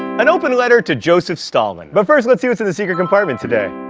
an open letter to joseph stalin. but first, let's see what's in the secret compartment today.